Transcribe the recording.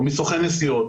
או מסוכן נסיעות,